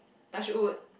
touch wood